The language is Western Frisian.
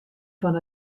fan